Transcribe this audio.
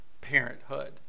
parenthood